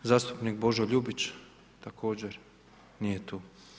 Zastupnik Božo Ljubić, također nije tu.